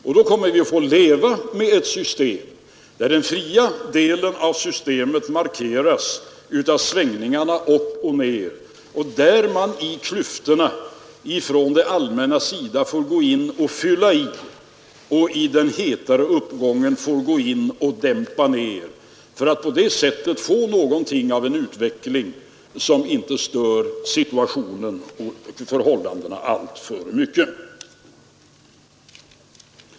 Och då kommer vi att få leva med ett system, där den fria delen markeras av svängningar upp och ner och där det allmänna får gå in och fylla på i svackorna och dämpa i den hetare uppgången för att på det sättet få en utveckling som inte stör förhållandena alltför mycket.